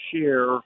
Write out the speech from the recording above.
share